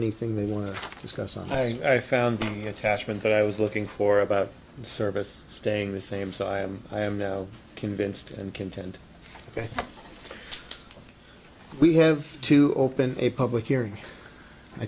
anything they want to discuss something i found the attachment that i was looking for about service staying the same so i am i am now convinced and content that we have to open a public hearing i